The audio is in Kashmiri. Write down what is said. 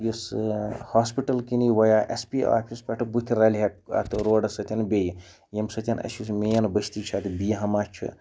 یُس ہاسپِٹَل کِنی بایا اٮ۪س پی آفِس پٮ۪ٹھٕ بٕتھِ رَلہِ ہا اَتھ روڈَس سۭتۍ بیٚیہِ ییٚمہِ سۭتۍ اَسہِ یُس یہِ مین بٔستی چھِ اَتھ بیٖہامہ چھُ